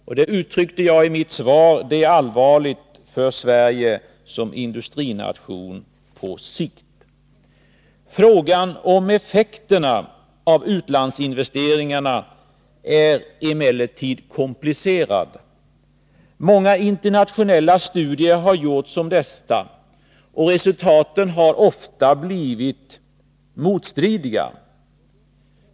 Som jag uttryckte i mitt svar är detta allvarligt för Sverige som industrination på sikt. Frågan om effekterna av utlandsinvesteringarna är emellertid komplicerad. Många internationella studier har gjorts om detta. Resultaten har ofta blivit motstridiga.